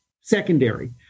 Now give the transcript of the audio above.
secondary